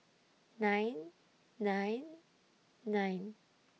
nine nine nine